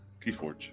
Keyforge